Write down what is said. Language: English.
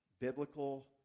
biblical